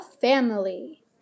Family